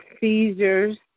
seizures